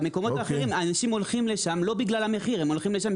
למקומות האחרים אנשים הולכים בגלל הנגישות.